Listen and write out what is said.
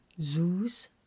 Zeus